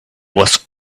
was